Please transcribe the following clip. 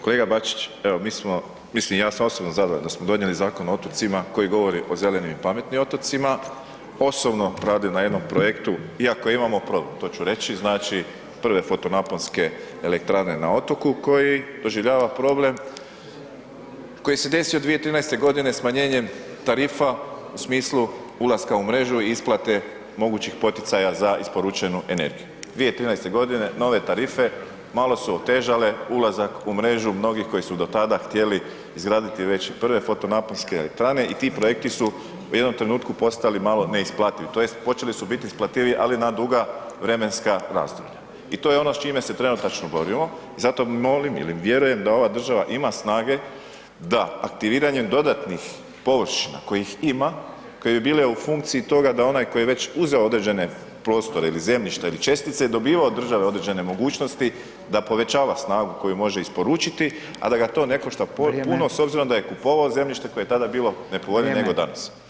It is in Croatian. Kolega Bačić, evo mi smo, mislim ja sam osobno zadovoljan da smo donijeli Zakon o otocima koji govori o zelenim i pametnim otocima, osobno radim na jednom projektu iako imamo problem, to ću reći, znači prve fotonaponske elektrane na otoku koji doživljava problem koji se desio 2013.g. smanjenjem tarifa u smislu ulaska u mrežu i isplate mogućih poticaja za isporučenu energiju, 2013.g. nove tarife malo su otežale ulazak u mrežu mnogih koji su do tada htjeli izgraditi već i prve fotonaponske elektrane i ti projekti su u jednom trenutku postali malo neisplativi tj. počeli su biti isplativiji, ali na duga vremenska razdoblja i to je ono s čime se trenutačno borimo i zato molim ili vjerujem da ova država ima snage da aktiviranjem dodatnih površina kojih ima, koje bi bile u funkciji toga da onaj koji je već uzeo određene prostore ili zemljišta ili čestice i dobivao od države određene mogućnosti da povećava snagu koju može isporučiti, a da ga to ne košta [[Upadica: Vrijeme]] puno s obzirom da je kupovao zemljište koje je tada bilo nepovoljnije [[Upadica: Vrijeme]] nego danas.